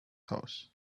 house